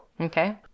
Okay